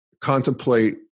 contemplate